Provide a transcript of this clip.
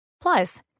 Plus